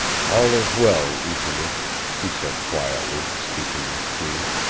all is well, oosimisk, he said quietly, speaking in cree.